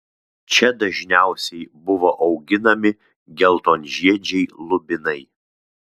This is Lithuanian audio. čia dažniausiai buvo auginami geltonžiedžiai lubinai